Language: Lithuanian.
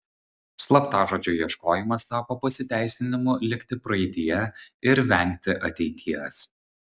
slaptažodžio ieškojimas tapo pasiteisinimu likti praeityje ir vengti ateities